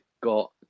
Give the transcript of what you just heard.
got